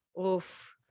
oof